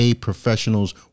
professionals